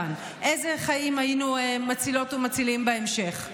איזה חיים היינו מצילות ומצילים בהמשך.